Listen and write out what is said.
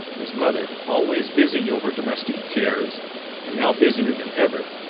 his mother, always busy over domestic cares and now busier than ever,